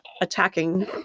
attacking